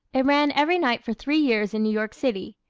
it ran every night for three years in new york city.